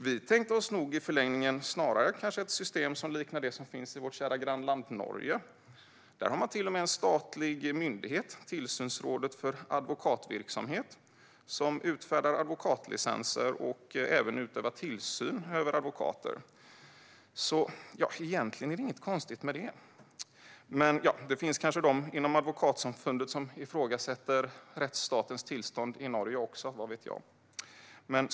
Vi tänkte oss nog i förlängningen snarare ett system som liknar det som finns i vårt kära grannland Norge. Där har man till och med en statlig myndighet, Tilsynsrådet for advokatvirksomhet, som utfärdar advokatlicenser och även utövar tillsyn över advokater. Det är egentligen inte något konstigt med detta, men det finns kanske de inom Advokatsamfundet som ifrågasätter rättsstatens tillstånd i Norge också, vad vet jag?